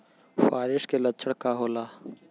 फारेस्ट के लक्षण का होला?